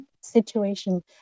situation